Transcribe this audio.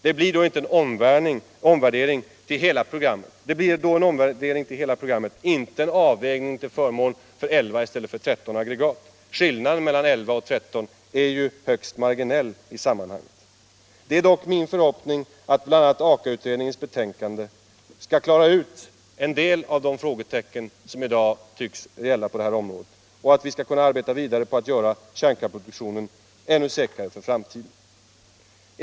Det blir då en omvärdering av vår inställning till hela programmet — inte en avvägning till förmån för 11 aggregat i stället för 13. Skillnaden mellan 11 och 13 aggregat är ju högst marginell i sammanhanget. Det är dock min förhoppning att bl.a. Aka-utredningens betänkande skall klara ut en del av frågetecknen på detta område och att vi skall kunna arbeta vidare för att göra kärnkraftsproduktionen ännu säkrare för framtiden.